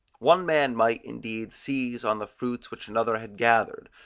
one man might, indeed, seize on the fruits which another had gathered,